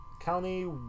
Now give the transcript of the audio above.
County